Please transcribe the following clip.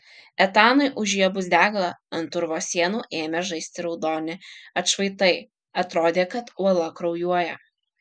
etanui užžiebus deglą ant urvo sienų ėmė žaisti raudoni atšvaitai atrodė kad uola kraujuoja